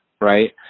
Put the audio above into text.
Right